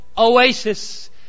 oasis